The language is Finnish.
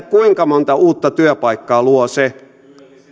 kuinka monta uutta työpaikkaa luo se